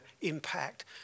impact